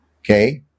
Okay